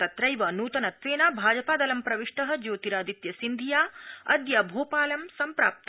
तत्रैव नूतनत्वेन भाजपादलं प्रविष्ट ज्योतिरादित्य सिन्धिया अद्य भोपालं सम्प्राप्त